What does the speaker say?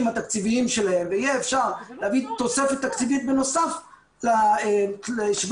התקציביים שלהם ויהיה אפשר להביא תוספת תקציבית בנוסף ל-700,000,000